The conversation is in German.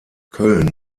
köln